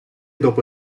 dopo